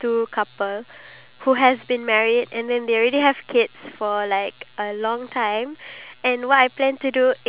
and then at the end of the day the I would want the husband to surprise the woman with like a dinner date with roses